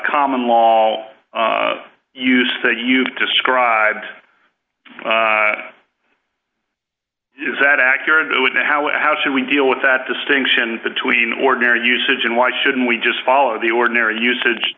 common law will use that you've described is that accurate with how it how should we deal with that distinction between ordinary usage and why shouldn't we just follow the ordinary usage